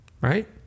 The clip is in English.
right